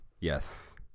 Yes